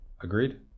agreed